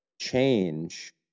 change